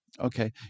Okay